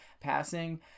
passing